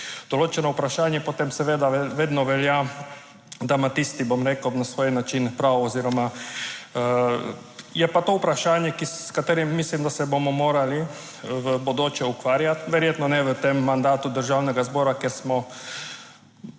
določeno vprašanje, potem seveda vedno velja, da ima tisti, bom rekel, na svoj način prav. Je pa to vprašanje, s katerim mislim, da se bomo morali v bodoče ukvarjati, verjetno ne v tem mandatu Državnega zbora, ker smo